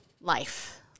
life